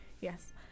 Yes